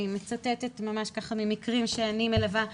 אני מצטטת ממש ככה ממקרים שאני מלווה: